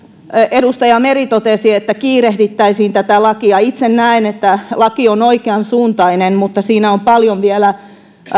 edustaja meri totesi että kiirehdittäisiin tätä lakia itse näen että laki on oikean suuntainen mutta siinä on paljon vielä